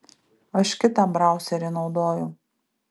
aš kitą brauserį naudoju